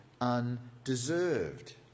undeserved